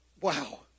Wow